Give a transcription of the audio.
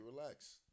relax